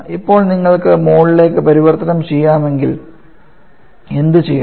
ഇപ്പോൾ നിങ്ങൾക്ക് മോളിലേക്ക് പരിവർത്തനം ചെയ്യണമെങ്കിൽ എന്തുചെയ്യണം